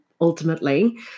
ultimately